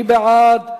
מי בעד?